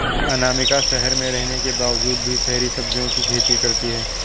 अनामिका शहर में रहने के बावजूद भी शहरी सब्जियों की खेती करती है